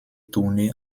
tourné